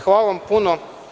Hvala vam puno.